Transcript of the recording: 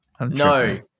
no